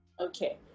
Okay